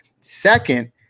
Second